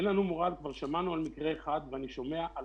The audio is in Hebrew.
כבר שמענו על מקרה אחד ואני שומע על